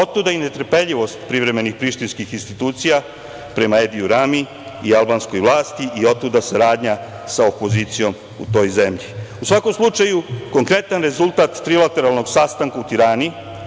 Otuda i netrpeljivost privremenih prištinskih institucija prema Ediju Rami i albanskoj vlasti. Otuda saradnja sa opozicijom u toj zemlji.U svakom slučaju, konkretan rezultat trilateralnog sastanka u Tirani